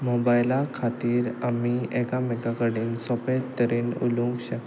मोबायला खातीर आमी एकामेका कडेन सोंपे तरेन उलोवंक शकता